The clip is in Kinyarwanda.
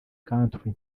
country